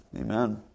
Amen